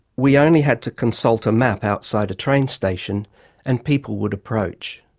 we only had to consult a map outside a train station and people would approach.